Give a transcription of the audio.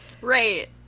right